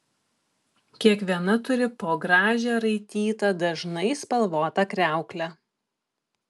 kiekviena turi po gražią raitytą dažnai spalvotą kriauklę